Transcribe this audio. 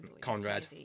Conrad